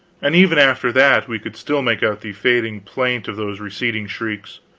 and even after that, we could still make out the fading plaint of those receding shrieks.